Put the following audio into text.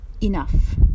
enough